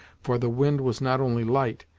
for the wind was not only light,